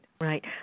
right